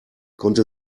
konnte